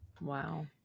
Wow